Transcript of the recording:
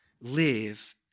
live